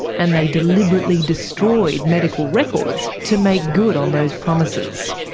and they deliberately destroyed medical records to make good on those promises.